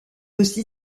aussi